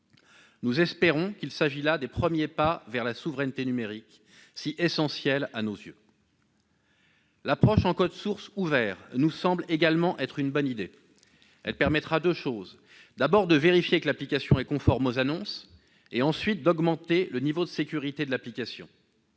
Nous espérons qu'il s'agit des premiers pas vers une souveraineté numérique, si essentielle à nos yeux. L'approche en code source ouvert nous semble également une bonne idée. Elle permettra, d'une part, de vérifier que l'application est conforme aux annonces, et, d'autre part, d'augmenter le niveau de sécurité de l'application.